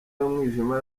y’umwijima